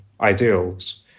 ideals